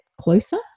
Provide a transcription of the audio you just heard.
closer